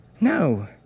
no